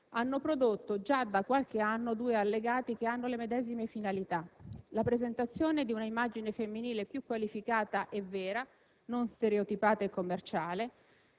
hanno prodotto già da qualche anno due allegati che hanno le medesime finalità: la presentazione di un'immagine femminile più qualificata e vera, non stereotipata e commerciale;